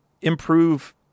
improve